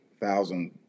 thousand